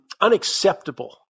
unacceptable